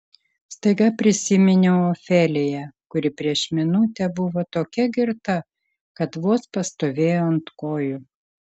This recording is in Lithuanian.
staiga prisiminiau ofeliją kuri prieš minutę buvo tokia girta kad vos pastovėjo ant kojų